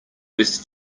west